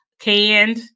canned